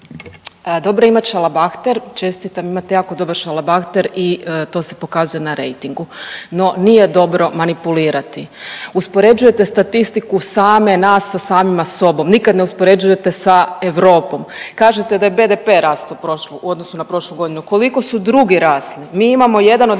Dobro je imati šalabahter, čestitam imate dobar šalabahter i to se pokazuje na rejtingu, no nije dobro manipulirati. Uspoređujete statistiku same nas sa samima sobom, nikada ne uspoređujete sa Europom. Kažete da je BDP rastao u odnosu na prošlu godinu, koliko su drugi rasli. Mi imamo jedan od